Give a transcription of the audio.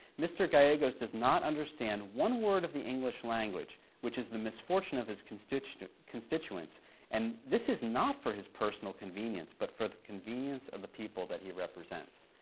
mr. gallegos does not understand one word of the english language, which is the misfortune of his constituents, and this is not for his personal convenience, but for the convenience of the people that he represents.